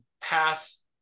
pass